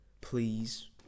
please